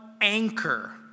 anchor